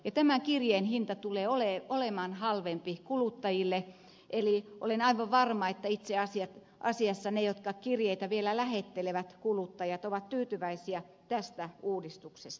tämän kirjeen hinta tulee olemaan halvempi kuluttajille eli olen aivan varma että itse asiassa ne kuluttajat jotka kirjeitä vielä lähettelevät ovat tyytyväisiä tästä uudistuksesta